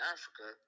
Africa